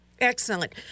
Excellent